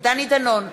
דני דנון,